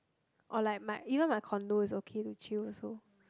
or like my even my condo is okay to chill also